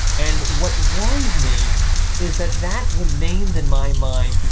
and what worries me is that that remains, in my mind,